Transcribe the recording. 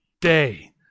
day